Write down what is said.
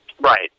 Right